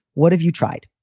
what have you tried?